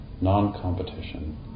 non-competition